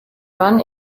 run